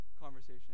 conversation